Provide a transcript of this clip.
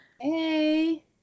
Hey